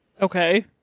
Okay